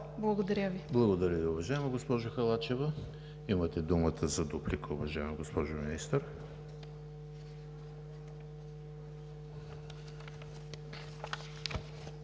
ЕМИЛ ХРИСТОВ: Благодаря Ви, уважаема госпожо Халачева. Имате думата за дуплика, уважаема госпожо Министър.